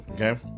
Okay